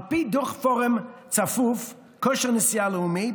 על פי דוח כושר נשיאה לאומי,